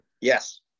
Yes